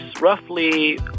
roughly